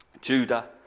Judah